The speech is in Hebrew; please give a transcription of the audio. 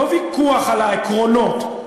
לא ויכוח על העקרונות,